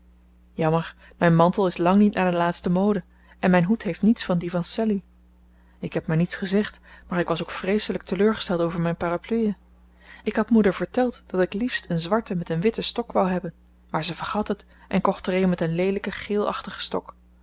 jammer mijn mantel is lang niet naar de laatste mode en mijn hoed heeft niets van dien van sallie ik heb maar niets gezegd maar ik was ook vreeselijk teleurgesteld over mijn parapluie ik had moeder verteld dat ik liefst een zwarte met een witten stok wou hebben maar ze vergat het en kocht er een met een leelijken geelachtigen stok